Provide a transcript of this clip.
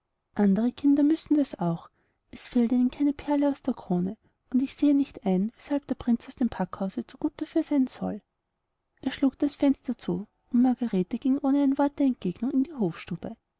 andere kinder müssen das auch es fällt ihnen keine perle aus der krone und ich sehe nicht ein weshalb der prinz aus dem packhause zu gut dafür sein soll er schlug das fenster zu und margarete ging ohne ein wort der entgegnung in die hofstube